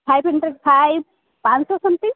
five hundred five पाँच सौ something